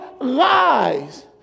lies